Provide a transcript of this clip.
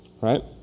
right